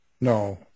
No